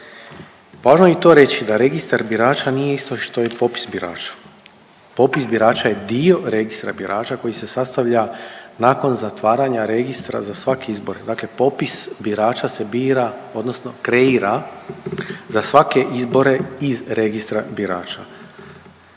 Važno je i to reći da registar birača nije isto što i popis birača. Popis birača je dio registra birača koji se sastavlja nakon zatvaranja registra za svaki izbor. Dakle, popis birača se bira odnosno kreira za svake izbore iz registra birača.